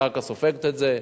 הקרקע סופגת את זה,